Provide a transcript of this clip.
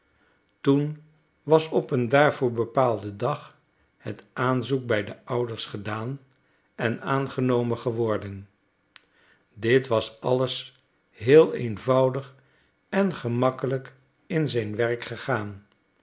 toen was op een daarvoor bepaalden dag het aanzoek bij de ouders gedaan en aangenomen geworden dit was alles heel eenvoudig en gemakkelijk in zijn werk gegaan